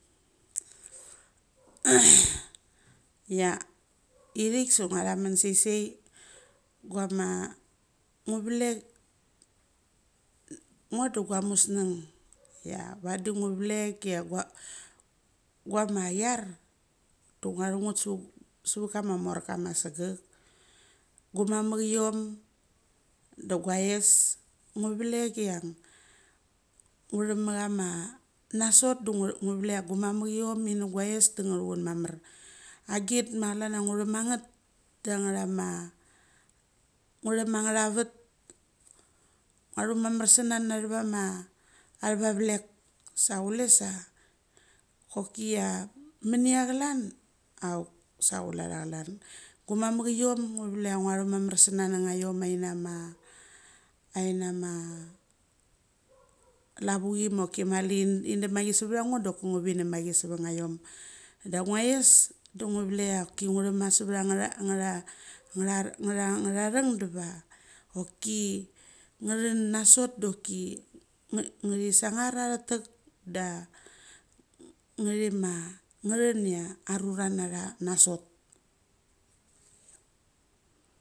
ia ithik sa nguathamun sai sai guma nguvlek ngo da ga musnug ia vadi ngo vlekia gua, gua ma iar, du nguathu nget sevek kama morka ma segek. Gumam mukiom da guais ngo vlek ia nguthama kama nasot du ngu, ngu vleka gumamukion inu guais da ngathuchan mamar. Agit ma klan ia nguthama gat da ngatha ma ngu tham ma ngatha vat. Ngua thu mamar sa na nathuama athavavlek. Se kule sa choki ia minia klan auk sa kuletha klan. Gumamukiom ngo vlekia nguathumumar sana na ngaiom ainama ainama lavuchi moki mali duma chi savath ango doki ngo vinem machi sava nga iom. Dak ngais da ngua vlekia oki ngu thama savetha ngtha thung duva oki nga thun na sot doki sangar aratiak da nga ngathi ma ngathun la arura na tha na sot.